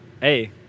Hey